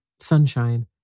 sunshine